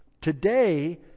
Today